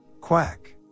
Quack